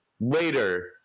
later